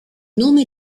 nome